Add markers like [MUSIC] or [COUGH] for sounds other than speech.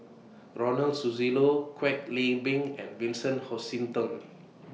Ronald Susilo Kwek Leng Beng and Vincent Hoisington [NOISE]